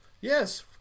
Yes